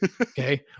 Okay